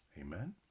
Amen